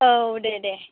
औ दे दे